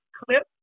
clip